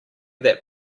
that